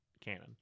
canon